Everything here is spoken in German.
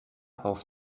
auf